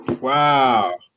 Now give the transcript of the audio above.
Wow